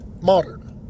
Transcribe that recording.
Modern